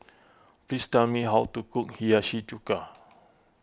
please tell me how to cook Hiyashi Chuka